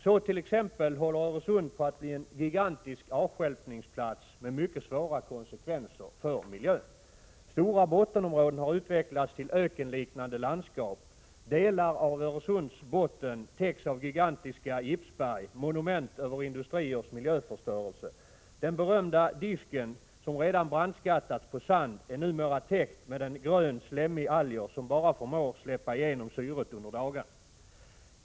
Så t.ex. håller Öresund på att bli en gigantisk avstjälpningsplats med mycket svåra konsekvenser för miljön. Stora bottenområden har utvecklats till ökenliknande landskap. Delar av Öresunds botten täcks av gigantiska gipsberg, monument över industriers miljöförstörelse. Den berömda disken, som redan brandskattats på sand, är numera täckt med gröna slemmiga alger som bara förmår släppa igenom syret under dagen.